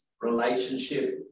relationship